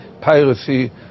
piracy